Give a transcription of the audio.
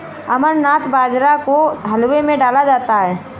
अमरनाथ बाजरा को हलवे में डाला जाता है